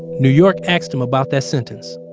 new york asked him about that sentence